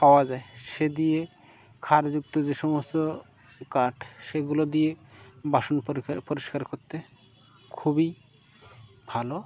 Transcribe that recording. পাওয়া যায় সে দিয়ে খারযুক্ত যে সমস্ত কাঠ সেগুলো দিয়ে বাসন পরি পরিষ্কার করতে খুবই ভালো